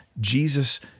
jesus